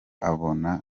abona